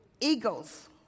Eagles